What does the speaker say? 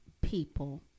people